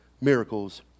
miracles